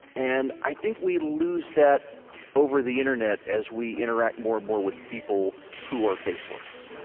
and i think we lose that over the internet as we interact, more and more, with people who are faceless